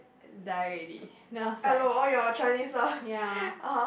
die already then I was like ya